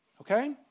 Okay